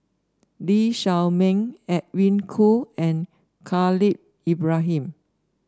Lee Shao Meng Edwin Koo and Khalil Ibrahim